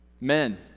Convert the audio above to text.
Men